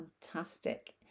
fantastic